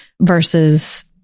versus